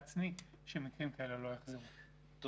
ועצמית שמקרים כאלה לא יחזרו על עצמם.